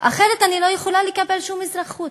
אחרת אני לא יכולה לקבל שום אזרחות.